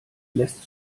lässt